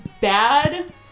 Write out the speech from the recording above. bad